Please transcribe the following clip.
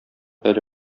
әле